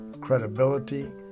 credibility